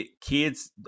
kids